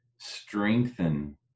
strengthen